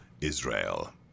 Israel